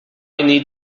need